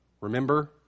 Remember